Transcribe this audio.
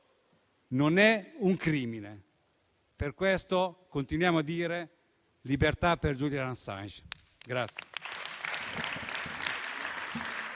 non è un crimine. Per questo continuiamo a dire libertà per Julian Assange.